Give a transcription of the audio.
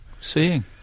seeing